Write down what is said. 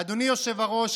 אדוני היושב-ראש,